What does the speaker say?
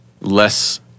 Less